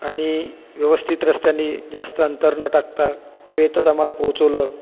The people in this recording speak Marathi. आणि व्यवस्थित रस्त्यांनी जास्त अंतर न टाकता वेळेतच आम्हाला पोहोचवलं